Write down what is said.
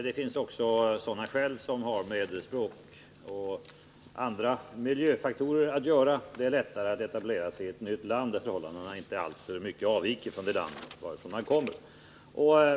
Det finns också skäl som har med språket och miljöfaktorer att göra; det är lättare att etablera sig i ett nytt land där förhållandena inte alltför mycket avviker från det egna landet.